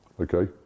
Okay